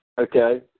Okay